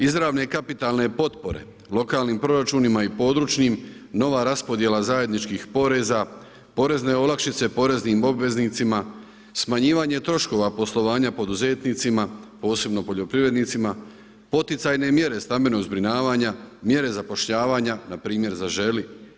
Izravne kapitalne potpore lokalnim proračunima i područnim, nova raspodjela zajedničkih poreza, porezne olakšice poreznim obveznicima, smanjivanje troškova poslovanja poduzetnicima, posebno poljoprivrednicima, poticajne mjere stambenog zbrinjavanja, mjere zapošljavanja, npr. zaželi.